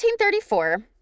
1834